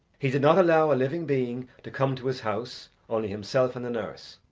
he did not allow a living being to come to his house, only himself and the nurse.